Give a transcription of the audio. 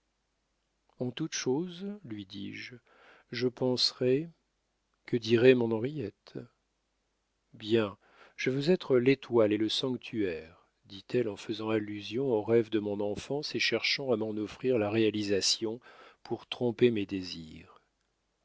en toutes choses lui dis-je je penserai que dirait mon henriette bien je veux être l'étoile et le sanctuaire dit-elle en faisant allusion aux rêves de mon enfance et cherchant à m'en offrir la réalisation pour tromper mes désirs